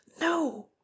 no